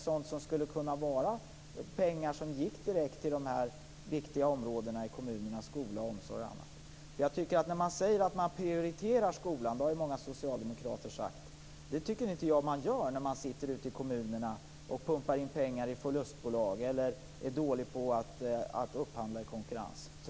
De pengarna skulle kunna gå direkt till de viktiga områdena i kommunerna - skola, omsorg och annat. Många socialdemokrater har ju sagt att de prioriterar skolan. Det tycker inte jag att man gör när man ute i kommunerna pumpar in pengar i förlustbolag eller är dålig på att upphandla i konkurrens.